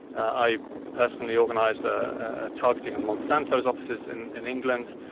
i personally organized ah targeting monsanto's offices in in england.